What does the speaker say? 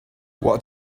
what